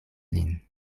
lin